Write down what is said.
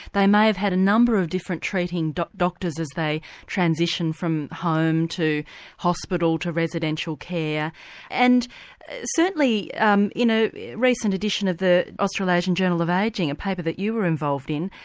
they may have had a number of different treating doctors as they transition from home to hospital to residential care and certainly um in a recent edition of the australasian journal of ageing, a paper that you were involved in,